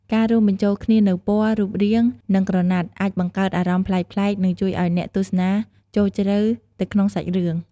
ការរួមបញ្ចូលគ្នានូវពណ៌ រូបរាង និងក្រណាត់ អាចបង្កើតអារម្មណ៍ប្លែកៗ និងជួយឱ្យអ្នកទស្សនាចូលជ្រៅទៅក្នុងសាច់រឿង។